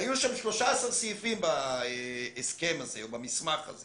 והיו בהסכם הזה 13 סעיפים או במסמך הזה